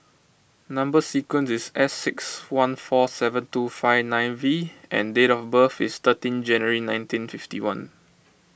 Number Sequence is S six one four seven two five nine V and date of birth is thirteen January nineteen fifty one